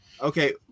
Okay